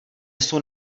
jsou